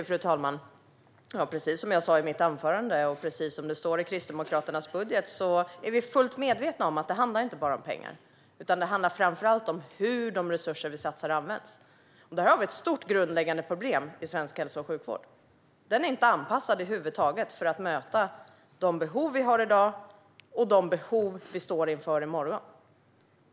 Fru talman! Precis som jag sa i mitt anförande, och precis som det står i Kristdemokraternas budget, är vi fullt medvetna om att det inte bara handlar om pengar. Det handlar framför allt om hur de resurser som vi satsar används. Där har vi ett stort grundläggande problem i svensk hälso och sjukvård - den är över huvud taget inte anpassad för att möta de behov vi har i dag och de behov vi står inför i morgon.